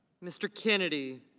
mr. kennedy.